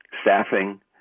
staffing